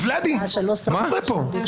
ולדי, מה קורה פה?